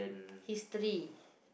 history